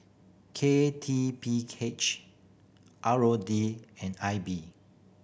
K T P H R O D and I B